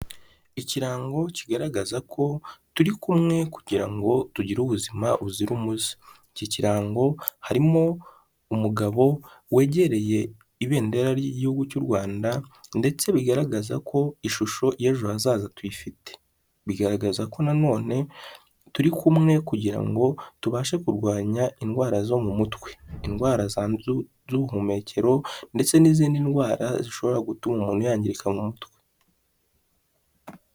Ikirango kigaragaza ko turi kumwe kugira ngo tugire ubuzima buzira umuze. Iki kirango harimo umugabo wegereye ibendera ry'igihugu cy'u Rwanda ndetse bigaragaza ko ishusho y'ejo hazaza tuyifite. Bigaragaza ko na none turi kumwe kugira ngo tubashe kurwanya indwara zo mu mutwe, indwara z'ubuhumekero ndetse n'izindi ndwara zishobora gutuma umuntu yangirika mu mutwe.